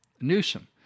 Newsom